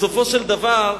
בסופו של דבר,